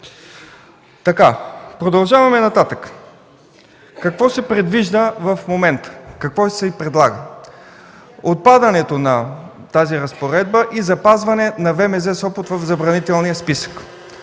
Продължаваме нататък – какво се предвижда в момента, какво се предлага? Отпадането на тази разпоредба и запазване на ВМЗ – Сопот, в забранителния списък